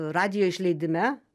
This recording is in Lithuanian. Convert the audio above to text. radijo išleidime